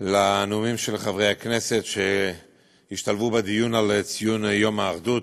לנאומים של חברי הכנסת שהשתלבו בדיון לציון יום האחדות,